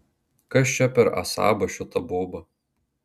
kas čia per asaba šita boba